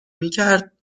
میکرد